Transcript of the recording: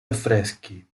affreschi